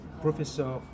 professor